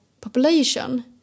population